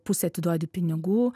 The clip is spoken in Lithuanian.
pusę atiduodi pinigų